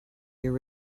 your